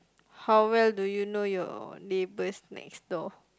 how well do you know your neighbours next door